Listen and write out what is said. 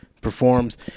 performs